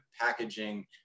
packaging